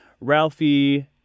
Ralphie